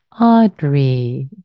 Audrey